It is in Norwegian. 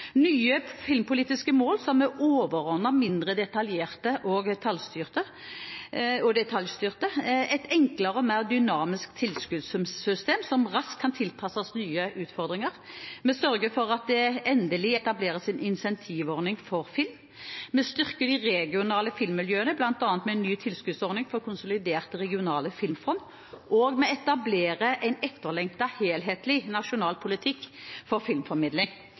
nye filmpolitiske mål som er overordnede og mindre detaljstyrte et enklere og mer dynamisk tilskuddssystem, som raskt kan tilpasses nye utfordringer Vi sørger for at det endelig etableres en incentivordning for film. Vi styrker de regionale filmmiljøene, bl.a. med en ny tilskuddsordning for konsoliderte regionale filmfond. Vi etablerer en etterlengtet helhetlig nasjonal politikk for filmformidling.